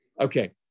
Okay